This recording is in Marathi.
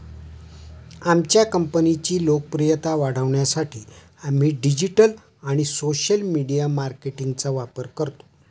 आमच्या कंपनीची लोकप्रियता वाढवण्यासाठी आम्ही डिजिटल आणि सोशल मीडिया मार्केटिंगचा वापर करतो